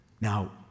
Now